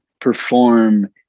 perform